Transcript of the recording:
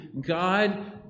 God